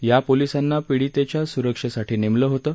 या पोलीसांना पिडीतेच्या स्रक्षेसाठी नेमलं होतं